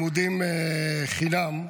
לימודים חינם,